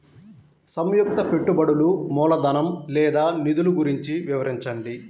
సంయుక్త పెట్టుబడులు మూలధనం లేదా నిధులు గురించి వివరించండి?